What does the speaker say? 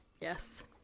Yes